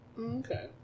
Okay